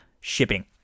shipping